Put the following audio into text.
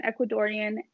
Ecuadorian